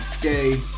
day